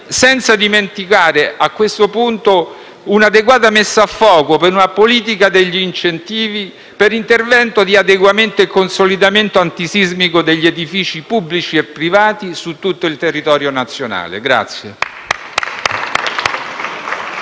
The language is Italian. senza dimenticare a questo punto un'adeguata messa a fuoco per una politica degli incentivi per interventi di adeguamento e consolidamento antisismico degli edifici pubblici e privati su tutto il territorio nazionale.